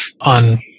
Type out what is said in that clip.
on